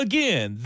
Again